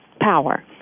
power